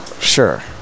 Sure